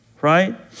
right